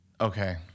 Okay